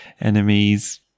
enemies